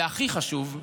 והכי חשוב,